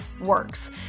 works